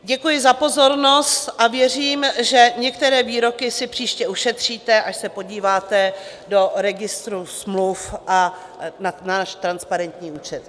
Děkuji za pozornost a věřím, že některé výroky si příště ušetříte, až se podíváte do Registru smluv a na náš transparentní účet.